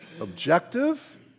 objective